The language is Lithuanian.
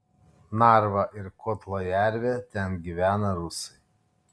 narva ir kohtla jervė ten gyvena rusai